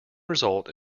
result